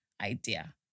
idea